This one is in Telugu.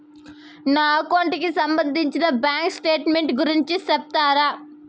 నా అకౌంట్ కి సంబంధించి బ్యాంకు స్టేట్మెంట్ గురించి సెప్తారా